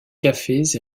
cafés